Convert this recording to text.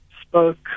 spoke